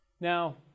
Now